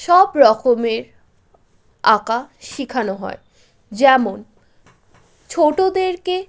সব রকমের আঁকা শিখানো হয় যেমন ছোটোদেরকে